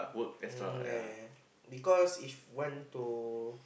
um yeah yeah yeah because if want to